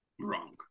wrong